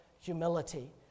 humility